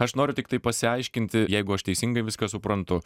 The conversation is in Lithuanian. aš noriu tiktai pasiaiškinti jeigu aš teisingai viską suprantu